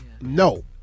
No